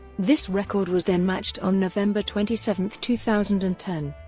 this record was then matched on november twenty seven, two thousand and ten,